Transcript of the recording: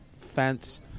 fence